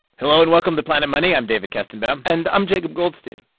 hello, and welcome to planet money. i'm david kestenbaum and i'm jacob goldstein.